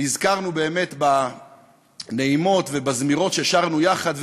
נזכרנו בנעימות ובזמירות ששרנו יחד.